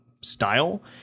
style